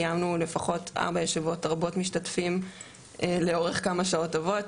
קיימנו לפחות ארבע ישיבות רבות משתתפים לאורך כמה שעות טובות,